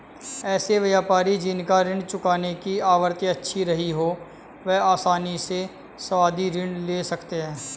ऐसे व्यापारी जिन का ऋण चुकाने की आवृत्ति अच्छी रही हो वह आसानी से सावधि ऋण ले सकते हैं